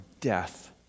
death